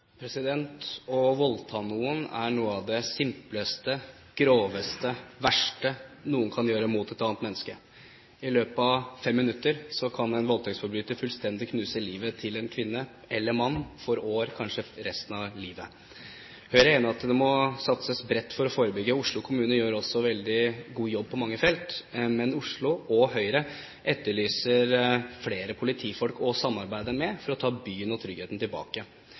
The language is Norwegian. noe av det simpleste, groveste, verste noen kan gjøre mot et annet menneske. I løpet av 5 minutter kan en voldtektsforbryter fullstendig knuse livet til en kvinne eller mann – for år, kanskje for resten av livet. Høyre er enig i at det må satses bredt for å forebygge. Oslo kommune gjør også en veldig god jobb på mange felt, men Oslo, og Høyre, etterlyser flere politifolk å samarbeide med for å ta byen og tryggheten tilbake.